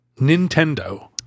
Nintendo